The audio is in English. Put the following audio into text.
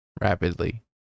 Rapidly